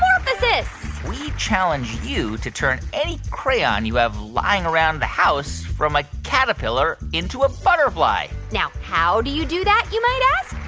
metamorphosis we challenge you to turn any crayon you have lying around the house from a caterpillar into a butterfly now, how do you do that, you might ask?